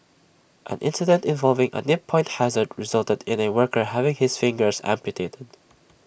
an incident involving A nip point hazard resulted in A worker having his fingers amputated